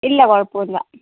ഇല്ല കുഴപ്പമില്ല